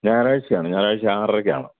ഞായറാഴ്ച്ചയാണ് ഞായറാഴ്ച്ച ആറരയ്ക്കാണ്